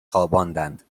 خواباندند